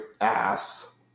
ass